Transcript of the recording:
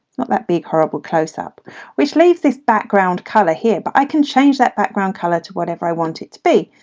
not that big horrible close-up which leaves this background colour here. but i can change that background colour to whatever i want it to be.